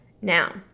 now